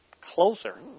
closer